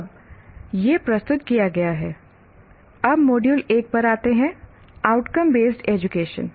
अब यह प्रस्तुत किया गया है अब मॉड्यूल 1 पर आते हैं आउटकम बेस्ड एजुकेशन